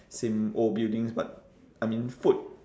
same old buildings but I mean food